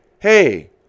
Hey